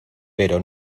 pero